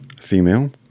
female